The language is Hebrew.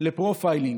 לפרופיילינג.